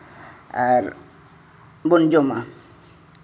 ᱟᱨ ᱵᱚᱱ ᱡᱚᱢᱟ